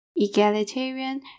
egalitarian